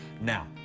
now